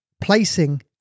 placing